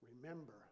remember